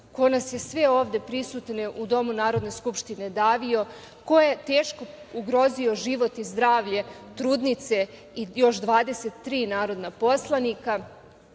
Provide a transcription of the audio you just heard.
ko nas je sve ovde prisutne u Domu Narodne skupštine davio, ko je teško ugrozio život i zdravlje trudnice i još 23 narodna poslanika,